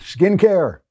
Skincare